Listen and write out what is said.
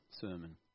sermon